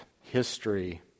history